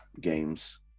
games